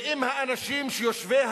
ואם האנשים יושבי